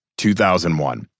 2001